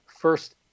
first